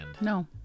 no